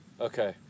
Okay